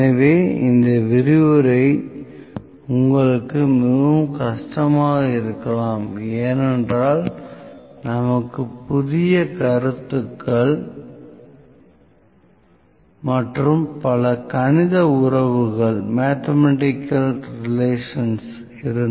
எனவே இந்த விரிவுரை உங்களுக்கு மிகவும் கஷ்டமாக இருக்கலாம் ஏனென்றால் நமக்கு புதிய கருத்துகள் மற்றும் பல கணித உறவுகள் இருந்தன ஆனால் கவலைப்பட வேண்டாம் நாங்கள் சீ ஸ்கொயர் விநியோகம் பற்றி மேலும் படிக்க குறிப்புகளை உங்களுக்கு வழங்குவோம்